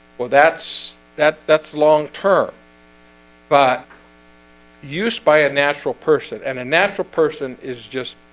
well, that's that that's long term but used by a natural person and a natural person is just